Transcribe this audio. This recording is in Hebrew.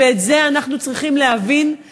ואת זה אנחנו צריכים להבין,